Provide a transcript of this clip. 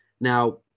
Now